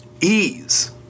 ease